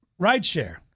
rideshare